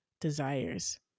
desires